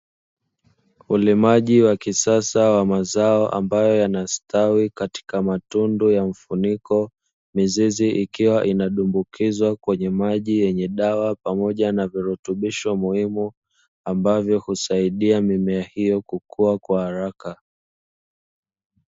Ulimaji wa kisasa wa mazao yanaostawi katika matundu ya mfuniko, mizizi ikiwa inadumbukizwa kwenye maji yenye dawa pamoja na virutubisho muhimu inayoweza kusaidia mimea hiyo kukua kwa haraka.